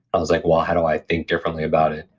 i was like, well, how do i think differently about it?